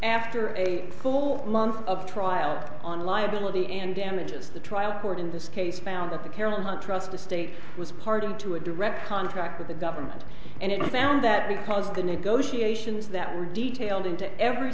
after a full month of trial on liability and damages the trial court in this case found that the carol not trust the state was party to a direct contract with the government and it found that because the negotiations that were detailed into every